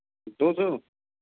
दो सौ